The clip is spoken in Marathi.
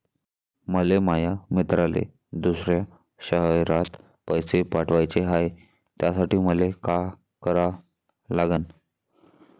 मले माया मित्राले दुसऱ्या शयरात पैसे पाठवाचे हाय, त्यासाठी मले का करा लागन?